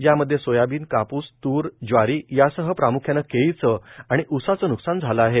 यामध्ये सोयाबीन कापूस तूर ज्वारी यासह प्राम्ख्याने केळीचे आणि उसाचे न्कसान झाले आहे